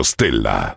Stella